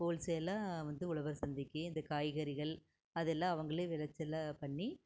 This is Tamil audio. ஹோல்சேலாக இது உழவர் சந்தைக்கு இந்த காய்கறிகள் அதெல்லாம் அவங்களே விளைச்சலாக பண்ணி